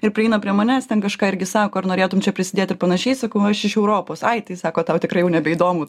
ir prieina prie manęs ten kažką irgi sako ar norėtum čia prisidėti ir panašiai sakau aš iš europos ai tai sako tau tikrai nebeįdomu